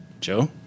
Joe